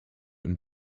und